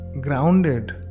grounded